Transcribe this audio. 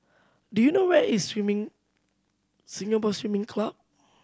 do you know where is Swimming Singapore Swimming Club